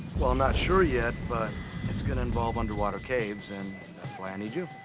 well, i'm not sure yet, but it's going to involve underwater caves and that's why i need you.